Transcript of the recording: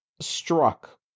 struck